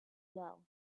well